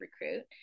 recruit